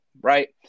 right